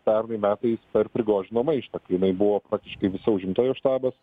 pernai metais per prigožino maištą kai jinai buvo praktiškai visa užimta jos štabas